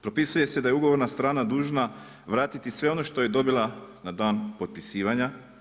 Propisuje se da je ugovorna strana dužna vratiti sve ono što je dobila na dan potpisivanja.